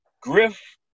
Griff